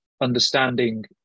understanding